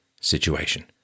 situation